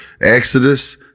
Exodus